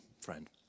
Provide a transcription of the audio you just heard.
friend